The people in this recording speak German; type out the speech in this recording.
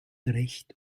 recht